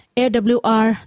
awr